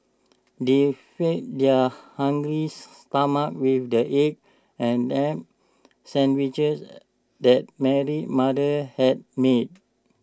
they fed their hungry stomachs with the egg and sandwiches that Mary's mother had made